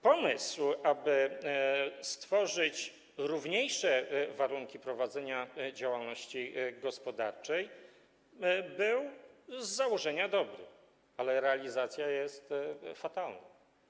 Pomysł, aby stworzyć równiejsze warunki prowadzenia działalności gospodarczej, był z założenia dobry, ale realizacja jest fatalna.